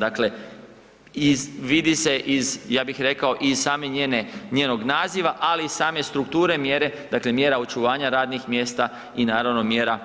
Dakle, vidi se iz, ja bih rekao i same njene, njenog naziva ali i same strukture mjere, dakle mjera očuvanja radnih mjesta i naravno mjera